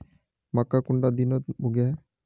मक्का कुंडा दिनोत उगैहे?